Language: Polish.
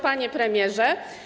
Panie Premierze!